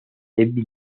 ivy